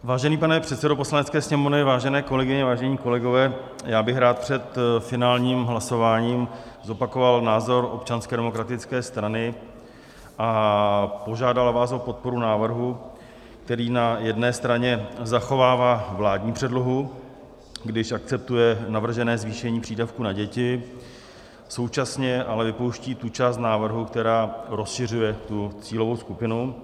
Vážený pane předsedo Poslanecké sněmovny, vážené kolegyně, vážení kolegové, rád bych před finálním hlasováním zopakoval názor Občanské demokratické strany a požádal vás o podporu návrhu, který na jedné straně zachovává vládní předlohu, když akceptuje navržené zvýšení přídavků na děti, ale současně vypouští tu část návrhu, která rozšiřuje tu cílovou skupinu.